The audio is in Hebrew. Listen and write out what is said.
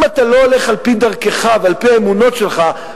אם אתה לא הולך על-פי דרכך ועל-פי האמונות שלך,